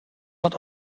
not